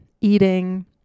eating